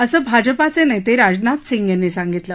असं भाजपाच नित्ता राजनाथ सिंग यांनी सांगितलं